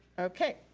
okay,